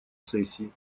сессии